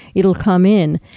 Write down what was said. it will come in.